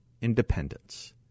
independence